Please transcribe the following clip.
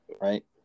right